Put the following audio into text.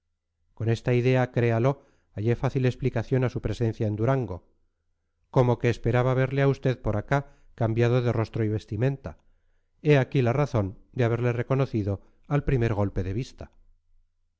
con esta idea créalo hallé fácil explicación a su presencia en durango como que esperaba verle a usted por acá cambiado de rostro y vestimenta he aquí la razón de haberle reconocido al primer golpe de vista